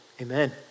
amen